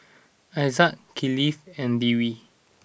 Aizat Kifli and Dwi